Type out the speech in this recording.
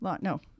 no